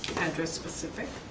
address specific.